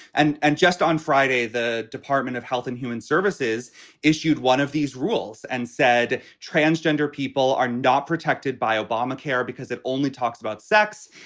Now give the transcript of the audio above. and and just on friday, the department of health and human services issued one of these rules and said transgender people are not protected by obamacare because it only talks about sex.